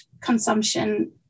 consumption